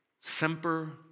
Semper